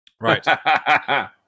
Right